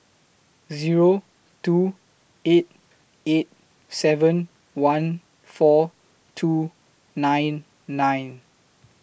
Zero two eight eight seven one four two nine nine